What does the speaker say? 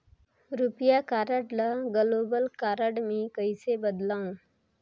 रुपिया कारड ल global card मे कइसे बदलव?